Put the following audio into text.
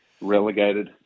relegated